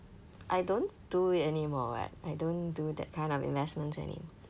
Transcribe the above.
I don't do it anymore [what] I don't do that kind of investments any~